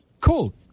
Cool